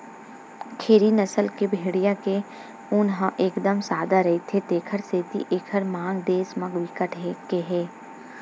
खेरी नसल के भेड़िया के ऊन ह एकदम सादा रहिथे तेखर सेती एकर मांग देस म बिकट के हे